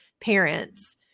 parents